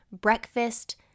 breakfast